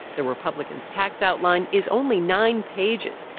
the republicans' tax outline is only nine pages